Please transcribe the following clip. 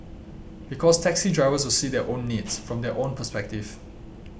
because taxi drivers will see their own needs from their own perspective